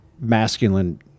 masculine